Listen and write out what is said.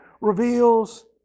reveals